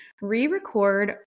re-record